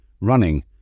Running